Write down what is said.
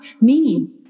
meaning